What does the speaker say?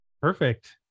perfect